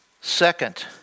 second